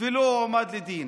ולא הועמד לדין.